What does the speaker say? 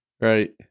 right